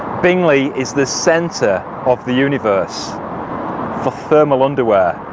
bingley is the center of the universe for thermal underwear,